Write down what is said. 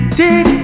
dig